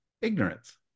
ignorance